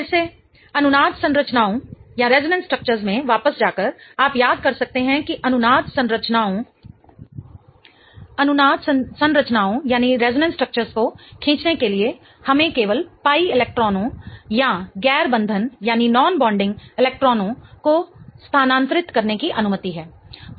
फिर से अनुनाद संरचनाओं में वापस जाकर आप याद कर सकते हैं कि अनुनाद संरचनाओं को खींचने के लिए हमें केवल पाई इलेक्ट्रॉनों या गैर बंधन इलेक्ट्रॉनों को स्थानांतरित करने की अनुमति है